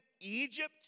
Egypt